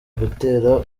gutera